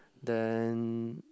then